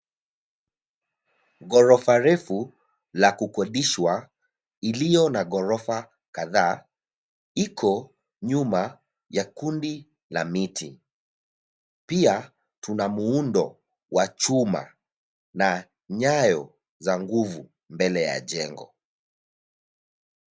Ghorofa refu la kukodishwa iliyo na ghorofa kadhaa, iko nyuma ya kundi la miti. Pia tuna muundo wa chuma na nyayo za nguvu mbele ya jengo.